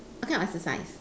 what kind of exercise